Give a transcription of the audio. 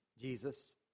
Jesus